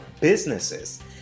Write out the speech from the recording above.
businesses